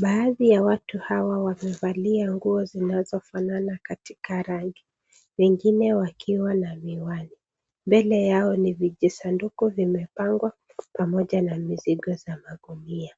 Baadhi ya watu hawa wamevalia nguo zinazofanana katika rangi, wengine wakiwa na miwani. Mbele yao ni vijisanduku vimepangwa pamoja na mizigo za magunia.